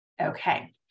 Okay